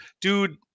Dude